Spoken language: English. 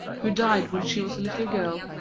who died when she was a little girl,